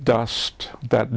dust that